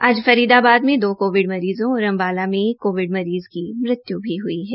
आज फरीदाबाद में दो कोविड मरीजों और अम्बाला में एक कोविड मरीज की मृत्य् भी हई है